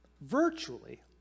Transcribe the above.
virtually